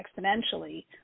exponentially